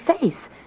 face